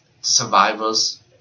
survivors